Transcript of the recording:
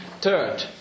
Third